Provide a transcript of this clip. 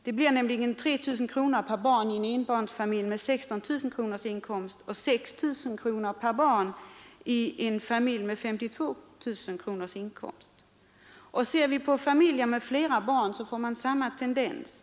Det blir nämligen 3 000 per barn i en enbarnsfamilj med 16 000 kronors inkomst och 6 000 kronor per barn i familj med 52 000 kronors inkomst. Ser vi på familjer med flera barn finner vi samma tendens.